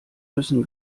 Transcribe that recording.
müssen